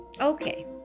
Okay